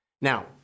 Now